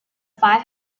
five